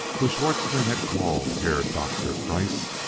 whom schwartzmann had called herr doktor kreiss,